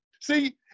See